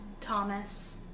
Thomas